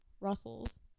Russell's